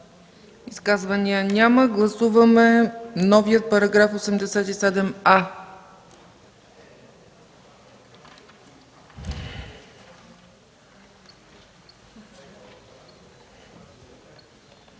Изказвания? Няма. Гласуваме новия параграф 87а.